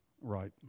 right